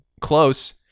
Close